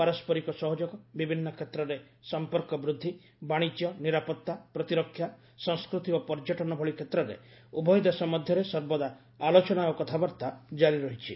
ପାରସ୍କରିକ ସହଯୋଗ ବିଭିନ୍ନ କ୍ଷେତ୍ରରେ ସଫପର୍କ ବୃଦ୍ଧି ବାଶିଜ୍ୟ ନିରାପତ୍ତା ପ୍ରତିରକ୍ଷା ସଂସ୍କୃତି ଓ ପର୍ଯ୍ୟଟନ ଭଳି କ୍ଷେତ୍ରରେ ଉଭୟ ଦେଶ ମଧ୍ୟରେ ସର୍ବଦା ଆଲୋଚନା ଓ କଥାବାର୍ତ୍ତା ଜାରି ରହିଛି